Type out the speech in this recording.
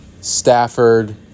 Stafford